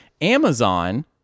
Amazon